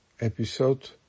episode